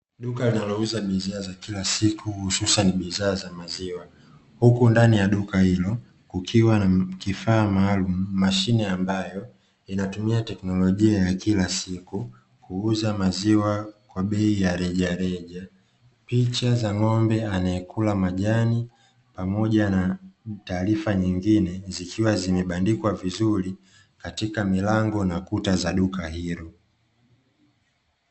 Duka linalouza bidhaa za kila siku hususani bidhaa za maziwa, huku ndani ya duka hilo kukiwa na kifaa maalumu, mashine ambayo inatumia teknolojia ya kila siku kuuza maziwa kwa bei ya rejareja, picha za ng'ombe anayekula majani pamoja na taarifa nyingine zikiwa zimebandikwa vizuri katika milango na kuta za duka hilo.